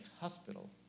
hospital